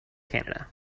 canada